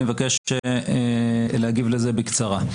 אני מבקש להגיב לזה בקצרה.